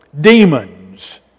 demons